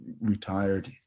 retired